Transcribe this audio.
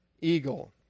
eagle